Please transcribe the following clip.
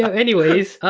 yeah anyways.